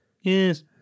Yes